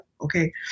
Okay